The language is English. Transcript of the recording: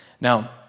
Now